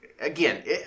Again